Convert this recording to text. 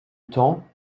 temps